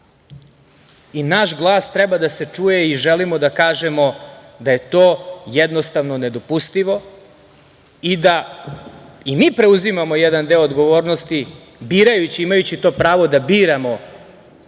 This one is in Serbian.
glas treba da se čuje i želimo da kažemo da je to jednostavno nedopustivo i da i mi preuzimamo jedan deo odgovornosti birajući, imajući to pravo da biramo